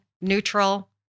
neutral